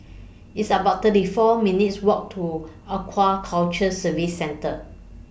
It's about thirty four minutes' Walk to Aquaculture Services Centre